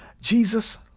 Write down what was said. Jesus